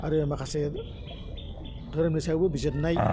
आरो माखासे दोहोरोमनि सायावबो बिजिरनाय